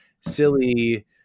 silly